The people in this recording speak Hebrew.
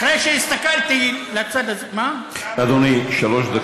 אחרי שהסתכלתי לצד הזה, אדוני, שלוש דקות הסתיימו.